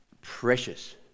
Precious